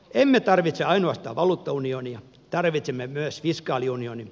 emme tarvitse ainoastaan valuuttaunionia tarvitsemme myös fiskaaliunionin